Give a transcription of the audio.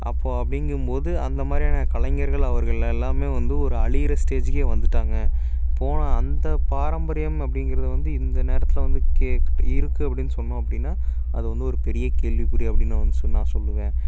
அப்போ அப்படிங்கம் போது அந்த மாதிரியான கலைஞர்கள் அவர்கள் எல்லாம் வந்து ஒரு அழியுற ஸ்டேஜ்ஜிக்கு வந்துட்டாங்க போன அந்தப் பாரம்பரியம் அப்படிங்கிறது வந்து இந்த நேரத்தில் வந்து கேக் இருக்குது அப்படின்னு சொன்னோம் அப்படின்னா அது வந்து ஒரு பெரிய கேள்விக்குறி அப்படின்னு நான் வந்து சொ நான் சொல்லுவேன்